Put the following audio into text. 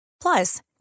plus